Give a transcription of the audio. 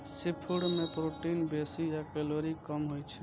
seafood मे protein बेसी आ कैलोरी कम होइ छै